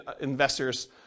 investors